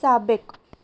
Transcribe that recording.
साबिक़ु